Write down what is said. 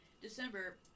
December